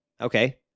Okay